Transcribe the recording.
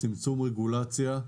צמצום רגולציה.